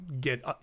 get –